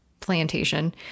plantation